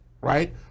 right